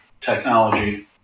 technology